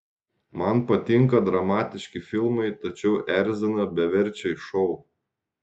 man patinka dramatiški filmai tačiau erzina beverčiai šou